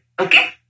Okay